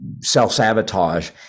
self-sabotage